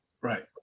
Right